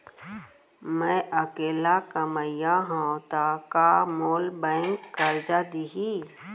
मैं अकेल्ला कमईया हव त का मोल बैंक करजा दिही?